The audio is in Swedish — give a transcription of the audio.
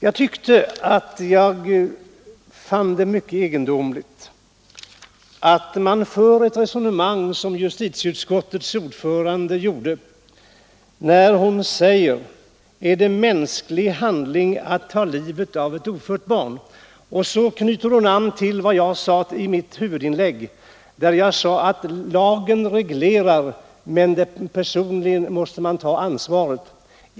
Jag fann det vara ett mycket egendomligt resonemang när justitieutskottets ordförande sade: Är det en mänsklig handling att ta livet av ett ofött barn? Hon knöt då an till mitt huvudinlägg, där jag framhöll att lagen reglerar förhållandena men att man personligen måste ta ansvaret.